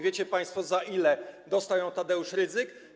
Wiecie państwo, za ile dostał ją Tadeusz Rydzyk?